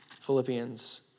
Philippians